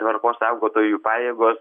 tvarkos saugotojų pajėgos